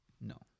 no